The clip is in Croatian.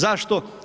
Zašto?